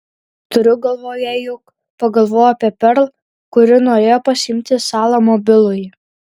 turiu galvoje juk pagalvojau apie perl kuri norėjo pasiimti į salą mobilųjį